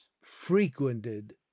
frequented